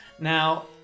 Now